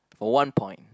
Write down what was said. for one point